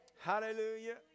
Hallelujah